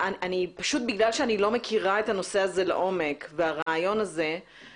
פשוט בגלל שאני לא מכירה את הנושא הזה לעומק והרעיון הזה,